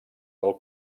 del